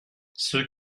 ceux